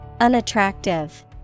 Unattractive